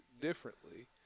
differently